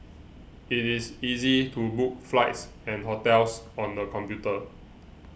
it is easy to book flights and hotels on the computer